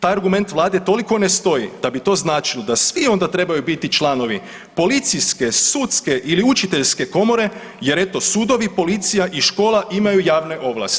Taj argument Vlade toliko ne stoji da bi to značilo da svi onda trebaju biti članovi policijske, sudske ili učiteljske komore jer eto sudovi, policija i škola imaju javne ovlasti.